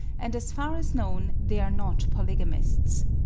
and, as far as known, they are not polygamists.